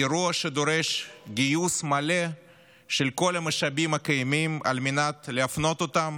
אירוע שדורש גיוס מלא של כל המשאבים הקיימים על מנת להפנות אותם